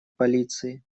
полиции